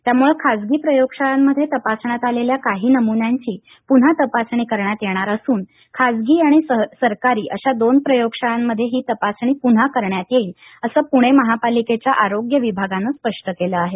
त्यामुळ खासगी प्रयोगशाळांमध्ये तपासण्यात आलेल्या काही नमुन्यांची पुन्हा तपासणी करण्यात येणार असून खासगी आणि सरकारी अशा दोन प्रयोगशाळांमध्ये ही तपासणी प्न्हा करण्यात येईल प्णे महापालिकेच्या आरोग्य विभागानं स्पष्ट केलं आहे